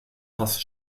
fast